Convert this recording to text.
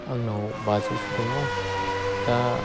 आंनाव बाजौसो दङ दा